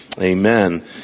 amen